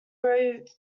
wrote